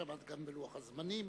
שעמד גם בלוח הזמנים.